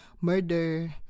murder